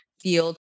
field